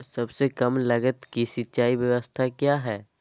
सबसे कम लगत की सिंचाई ब्यास्ता क्या है?